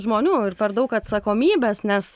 žmonių ir per daug atsakomybės nes